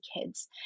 kids